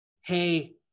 hey